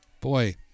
Boy